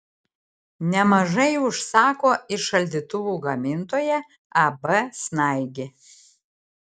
nemažai užsako ir šaldytuvų gamintoja ab snaigė